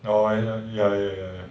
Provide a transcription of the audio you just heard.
orh I know ya ya ya ya